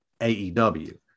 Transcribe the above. AEW